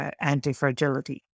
anti-fragility